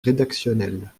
rédactionnelle